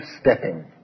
Stepping